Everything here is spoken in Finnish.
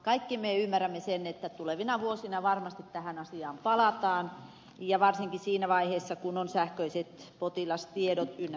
kaikki me ymmärrämme sen että tulevina vuosina varmasti tähän asiaan palataan ja varsinkin siinä vaiheessa kun on sähköiset potilastiedot ynnä muuta